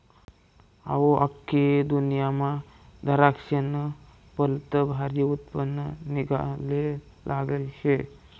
अहो, आख्खी जगदुन्यामा दराक्शेस्नं भलतं भारी उत्पन्न निंघाले लागेल शे